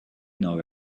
nor